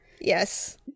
Yes